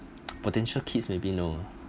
potential kids maybe no ah